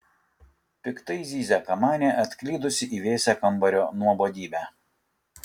piktai zyzia kamanė atklydusi į vėsią kambario nuobodybę